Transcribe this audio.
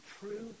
true